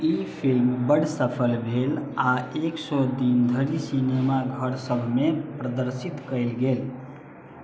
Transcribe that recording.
ई film बड्ड सफल भेल आ एक सए दिन धरि सिनेमाघरसभमे प्रदर्शित कएल गेल